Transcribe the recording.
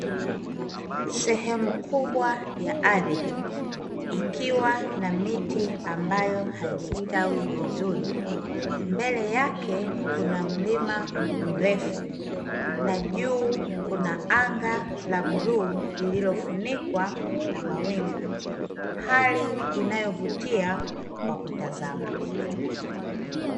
Sehemu kubwa ya ardhi, ikiwa na miti ambayo haijastawi vizuri, mbele yake kuna mlima mrefu na juu kuna anga la bluu lililofunikwa na mawingu, hali inayovutia kwa kutazama.